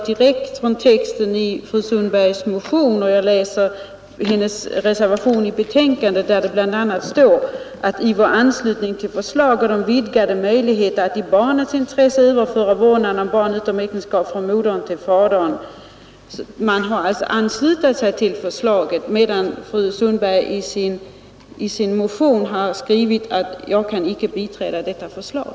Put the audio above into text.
Om jag jämför texten i fru Sundbergs motion och texten i hennes reservation till familjelagssakkunnigas betänkande, så talas det i reserva intresse överföra vårdnaden om barn utom äktenskap från modern till fadern. Hon har alltså där anslutit sig till förslaget, medan fru Sundberg i sin motion har skrivit: Jag kan icke biträda detta förslag.